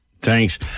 Thanks